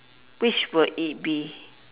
which will it be